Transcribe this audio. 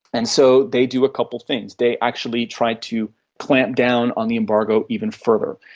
and so they do a couple of things, they actually tried to clamp down on the embargo even further.